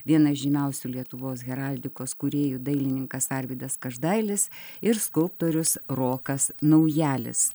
vienas žymiausių lietuvos heraldikos kūrėjų dailininkas arvydas každailis ir skulptorius rokas naujalis